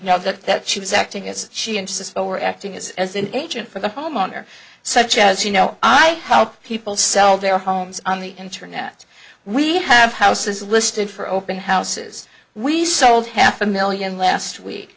know that that she was acting as she interested or acting as as an agent for the homeowner such as you know i help people sell their homes on the internet we have houses listed for open houses we sold half a million last week